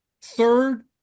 Third